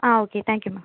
ah okay thank you ma'am